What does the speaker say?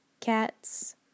cats